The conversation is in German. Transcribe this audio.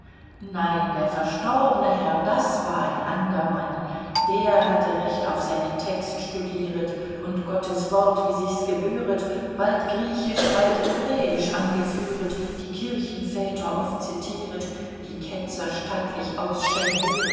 nein der verstorbne herr das war ein andrer mann der hatte recht auf seinen text studieret und gottes wort wie sichs gebühret bald griechisch bald ebräisch angeführet die kirchenväter oft zitieret die ketzer stattlich